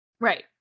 Right